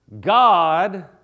God